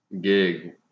gig